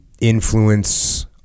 influence